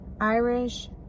irish